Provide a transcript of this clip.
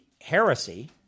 heresy